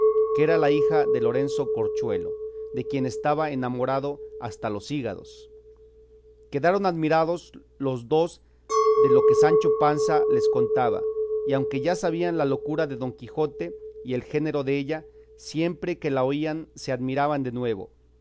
que era la hija de lorenzo corchuelo de quien estaba enamorado hasta los hígados quedaron admirados los dos de lo que sancho panza les contaba y aunque ya sabían la locura de don quijote y el género della siempre que la oían se admiraban de nuevo